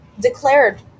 declared